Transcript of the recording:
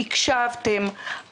הקשבתם,